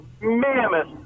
mammoth